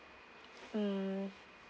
mm